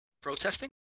protesting